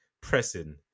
pressing